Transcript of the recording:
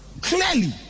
Clearly